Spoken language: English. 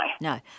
No